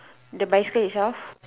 the bicycle itself